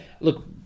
look